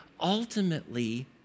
ultimately